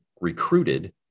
recruited